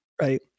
Right